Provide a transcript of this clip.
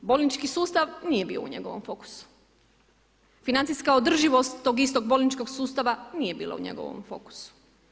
Bolnički sustav nije bio u njegovom fokusu, financijska održivost tog istog bolničkog sustava nije bila u njegovom fokusu.